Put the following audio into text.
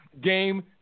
Game –